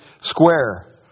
square